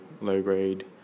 low-grade